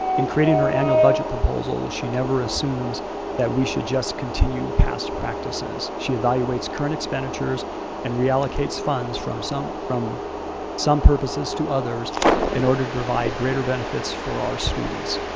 in creating her annual budget proposal, she never assumes that we should just continue past practices. she evaluates current expenditures and reallocate funds from some from some purposes to others in order to provide greater benefits for our students.